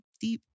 Deep